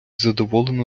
задоволене